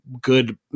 good